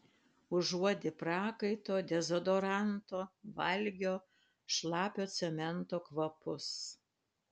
užuodi prakaito dezodoranto valgio šlapio cemento kvapus